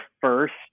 first